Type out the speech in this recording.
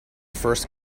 first